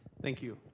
thank you.